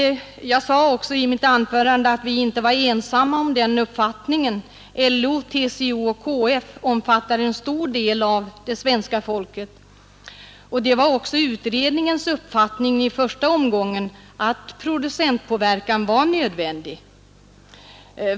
Och jag framhöll i mitt anförande att vi inte är ensamma om den uppfattningen. LO, TCO och KF omfattar en stor del av det svenska folket. Det var också utredningens uppfattning i första omgången att en producentpåverkan var nödvändig.